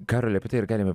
karoli apie tai ir galime